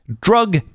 drug